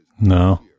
No